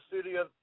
studio